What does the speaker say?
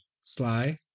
Sly